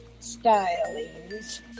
stylings